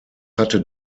hatte